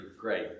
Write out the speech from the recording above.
great